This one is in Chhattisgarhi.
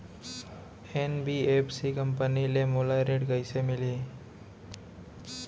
एन.बी.एफ.सी कंपनी ले मोला ऋण कइसे मिलही?